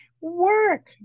work